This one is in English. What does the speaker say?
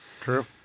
True